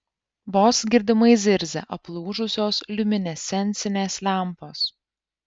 vos girdimai zirzia aplūžusios liuminescencinės lempos